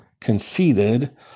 conceited